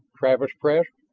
travis pressed.